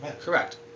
Correct